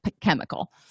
chemical